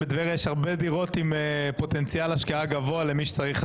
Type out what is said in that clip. בטבריה יש הרבה דירות עם פוטנציאל השקעה גבוה למי שצריך להשקיע.